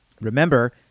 Remember